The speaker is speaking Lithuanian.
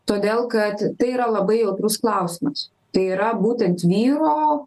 todėl kad tai yra labai jautrus klausimas tai yra būtent vyro